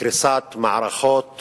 קריסת מערכות